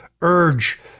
urge